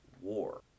War